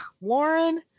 Warren